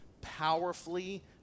powerfully